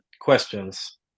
questions